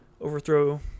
Overthrow